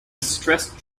stressed